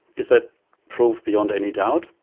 is that proof beyond any doubt?